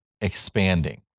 expanding